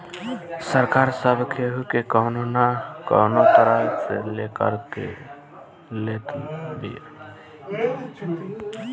सरकार सब केहू के कवनो ना कवनो तरह से कर ले लेत बिया